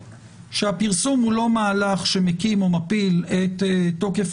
שהפרסום הוא לא מהלך שמקים או מפיל את תוקף